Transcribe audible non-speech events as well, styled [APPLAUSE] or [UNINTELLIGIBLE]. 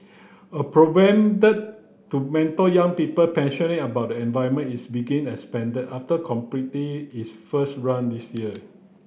a [UNINTELLIGIBLE] to mentor young people passionate about the environment is begin expanded after completing its first run last year